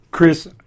Chris